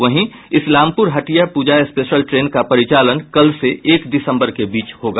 वहीं इस्लामपुर हटिया पूजा special train का परिचालन कल से एक दिसंबर के बीच होगा